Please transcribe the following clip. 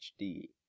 HD